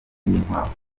inkwavu